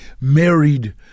married